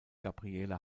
gabriele